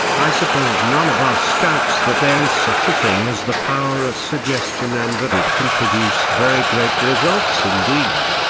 i suppose none of us doubts that there is such a thing as the power of suggestion and that it can produce very great results indeed,